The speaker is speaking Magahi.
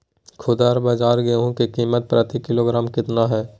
खुदरा बाजार गेंहू की कीमत प्रति किलोग्राम कितना है?